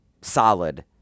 solid